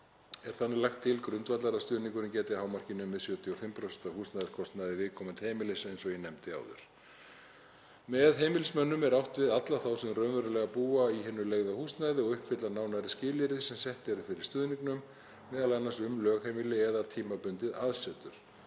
Er þannig lagt til grundvallar að stuðningurinn geti að hámarki numið 75% af húsnæðiskostnaði viðkomandi heimilis, eins og ég nefndi áður. Með heimilismönnum er átt við alla þá sem raunverulega búa í hinu leigða húsnæði og uppfylla nánari skilyrði sem sett eru fyrir stuðningnum, m.a. um lögheimili eða tímabundið aðsetur.